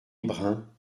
brun